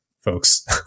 folks